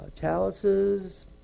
chalices